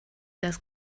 das